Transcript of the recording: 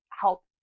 help